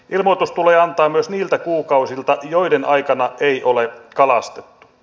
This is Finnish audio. ilmoitus tulee antaa myös niiltä kuukausilta joiden aikana ei ole kalastettu